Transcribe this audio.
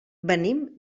venim